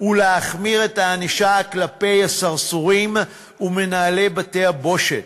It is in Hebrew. ולהחמיר את הענישה כלפי הסרסורים ומנהלי בתי-הבושת.